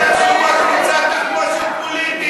מצאת תחמושת פוליטית.